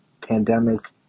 pandemic